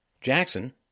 Jackson